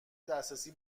دسترسی